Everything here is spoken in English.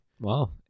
Wow